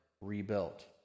rebuilt